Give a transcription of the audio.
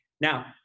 Now